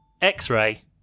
X-ray